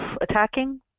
attacking